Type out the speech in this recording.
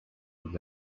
would